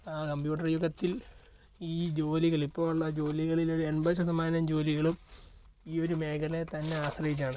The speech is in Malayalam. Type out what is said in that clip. കമ്പ്യൂട്ടർ യുഗത്തിൽ ഈ ജോലികൾ ഇപ്പോഴുള്ള ജോലികളിലൊരു എൺപത് ശതമാനം ജോലികളും ഈ ഒരു മേഖലയെ തന്നെ ആശ്രയിച്ചാണ്